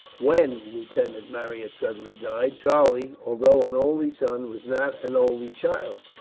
when lieutenant marryat suddenly died. charlie, although an only son, was not an only child,